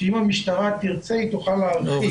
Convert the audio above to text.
שאם המשטרה תרצה היא תוכל להרחיב.